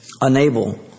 unable